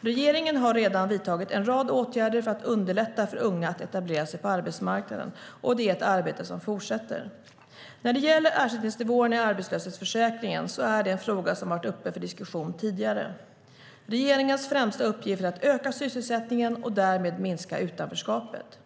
Regeringen har redan vidtagit en rad åtgärder för att underlätta för unga att etablera sig på arbetsmarknaden, och det är ett arbete som fortsätter. När det gäller ersättningsnivåerna i arbetslöshetsförsäkringen är det en fråga som har varit uppe för diskussion tidigare. Regeringens främsta uppgift är att öka sysselsättningen och därmed minska utanförskapet.